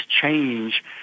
change